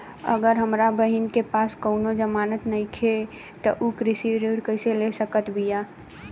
अगर हमार बहिन के पास कउनों जमानत नइखें त उ कृषि ऋण कइसे ले सकत बिया?